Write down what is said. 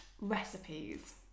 Recipes